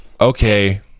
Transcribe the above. okay